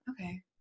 okay